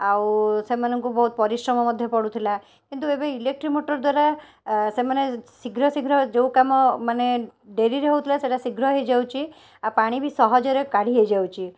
ଆଉ ସେମାନଙ୍କୁ ବହୁତ ପରିଶ୍ରମ ମଧ୍ୟ ପଡ଼ୁଥିଲା କିନ୍ତୁ ଏବେ ଇଲେକ୍ଟ୍ରିକ ମଟର ଦ୍ୱାରା ସେମାନେ ଶୀଘ୍ର ଶୀଘ୍ର ଯେଉଁ କାମ ମାନେ ଡେରିରେ ହଉଥିଲା ସେଇଟା ଶୀଘ୍ର ହେଇଯାଉଛି ଆଉ ପାଣି ବି ସହଜରେ କାଢ଼ି ହେଇଯାଉଛି